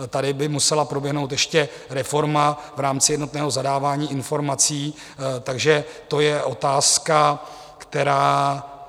Tady by musela proběhnout ještě reforma v rámci jednotného zadávání informací, takže to je otázka, která...